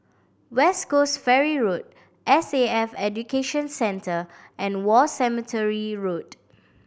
West Coast Ferry Road S A F Education Centre and War Cemetery Road